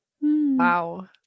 Wow